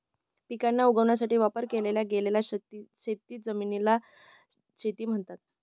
पिकांना उगवण्यासाठी वापर केल्या गेलेल्या जमिनीला शेती म्हणतात